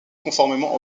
conformément